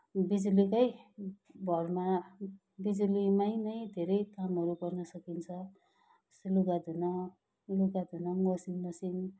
बिजुलीकै भरमा बिजुलीमै नै धेरै कामहरू गर्न सकिन्छ जस्तो लुगा धुन लुगा धुन वासिङ मसिन